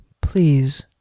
Please